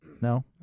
No